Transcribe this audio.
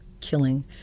killing